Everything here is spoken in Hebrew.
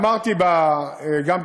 ואמרתי גם בבאר-שבע.